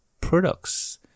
products